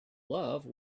love